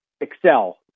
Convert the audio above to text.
Excel